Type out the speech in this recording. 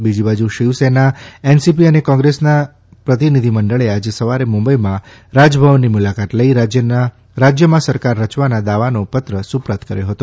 બીજી બાજુ શિવસેના એનસીપી અને કોંગ્રેસના પ્રતિનિધિમંડળે આજે સવારે મુંબઇમાં રાજભવનની મુલાકાત લઇ રાજ્યમાં સરકાર રચવાના દાવાનો પત્ર સુપ્રત કર્યો હતો